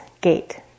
gate